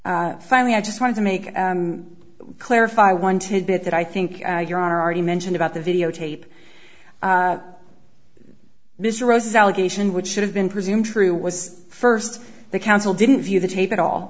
finally i just wanted to make clarify one tidbit that i think your honor already mentioned about the videotape mr rose's allegation which should have been presumed true was first the counsel didn't view the tape at all